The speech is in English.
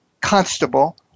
Constable